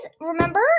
remember